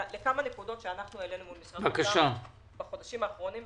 לכמה נקודות שהעלינו מול משרד האוצר בחודשים האחרונים,